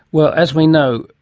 well, as we know,